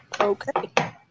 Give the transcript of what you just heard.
Okay